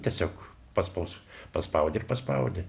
tiesiog paspaus paspaudė ir paspaudė